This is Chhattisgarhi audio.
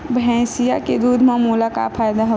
भैंसिया के दूध म मोला का फ़ायदा हवय?